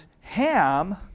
Ham